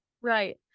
right